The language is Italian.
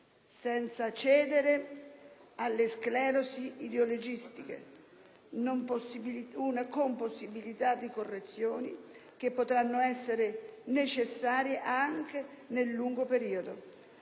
senza cedere alle sclerosi ideologiche, con possibilità di correzioni che potranno essere necessarie anche nel lungo periodo.